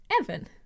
Evan